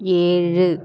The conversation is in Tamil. ஏழு